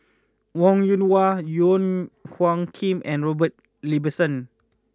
Wong Yoon Wah Wong Hung Khim and Robert Ibbetson